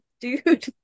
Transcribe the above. dude